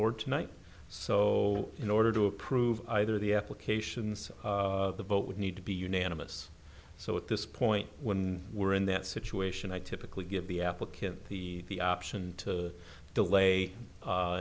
board tonight so in order to approve either the applications the vote would need to be unanimous so at this point when we're in that situation i typically give the applicant the option to delay u